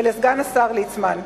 ולסגן השר ליצמן.